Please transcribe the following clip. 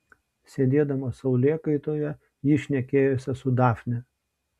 sėdėdama saulėkaitoje ji šnekėjosi su dafne